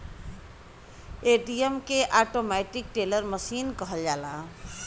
ATM के automatic teller machine कहल जाला